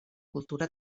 cultura